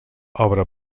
obra